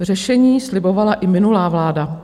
Řešení slibovala i minulá vláda.